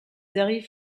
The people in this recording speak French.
arrivent